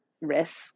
risk